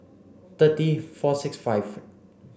thirty four six five